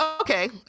okay